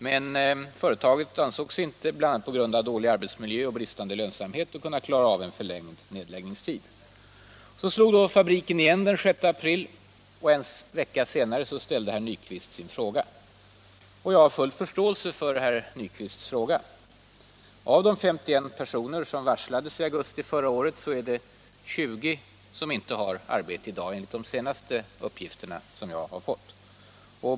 Men företaget ansåg sig inte, bl.a. på grund av dålig arbetsmiljö och bristande lönsamhet, kunna klara av en förlängd nedläggningstid. Så slog då fabriken igen den 6 april. En vecka senare framställde herr Nyquist sin fråga. Jag har naturligtvis förståelse för den frågan. Av de 51 personer som varslades om avsked i augusti förra året är det 20 som inte har arbete i dag enligt de senaste uppgifter som jag har fått.